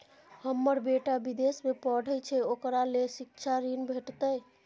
हमर बेटा विदेश में पढै छै ओकरा ले शिक्षा ऋण भेटतै?